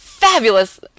fabulous